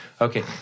Okay